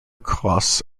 costs